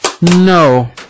No